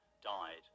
died